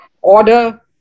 order